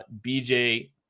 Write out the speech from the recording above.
BJ